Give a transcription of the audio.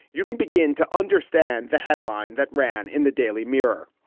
you can begin to understand the headline that ran in the daily mirror.